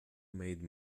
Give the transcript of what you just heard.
made